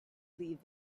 leave